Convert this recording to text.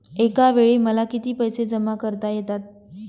एकावेळी मला किती पैसे जमा करता येतात?